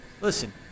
listen